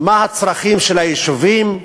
מה הצרכים של היישובים,